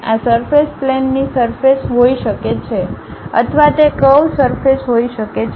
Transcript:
આ સરફેસ પ્લેનની સરફેસ હોઈ શકે છે અથવા તે ક્રવ સરફેસ હોઈ શકે છે